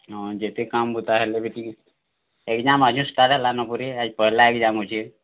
ହଁ ଯେତେ କାମ୍ବୁତା ହେଲେ ବି ଟିକେ ଏକ୍ସାମ୍ ଆଜି ଷ୍ଟାର୍ଟ ହେଲାନ ପରେ ଆଜି ପହେଲା ଏକ୍ସାମ୍ ଅଛେ